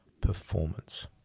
performance